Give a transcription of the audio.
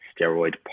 steroid